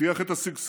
נבטיח את השגשוג